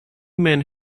men